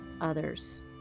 others